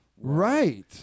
right